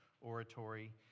oratory